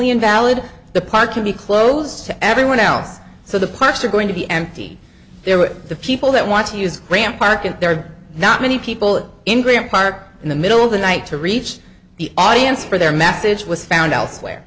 invalid the park can be closed to everyone else so the parks are going to be empty there are the people that want to use grant park and there are not many people in grant park in the middle of the night to reach the audience for their message was found elsewhere